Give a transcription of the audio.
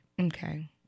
Okay